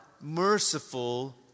merciful